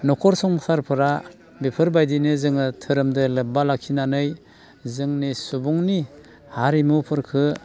न'खर संसारफोरा बेफोरबायदिनो जोङो धोरोमदो लोब्बा लाखिनानै जोंनि सुबुंनि हारिमुफोरखो